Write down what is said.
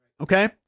okay